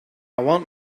want